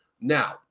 Now